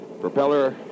Propeller